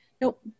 Nope